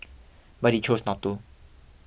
but he chose not to